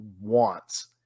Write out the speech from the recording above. wants